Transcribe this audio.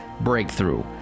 breakthrough